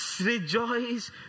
rejoice